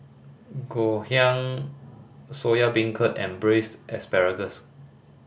Ngoh Hiang Soya Beancurd and Braised Asparagus